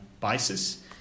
basis